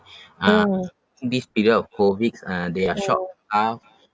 ah this period of COVID uh they are short